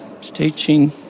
teaching